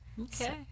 okay